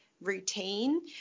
routine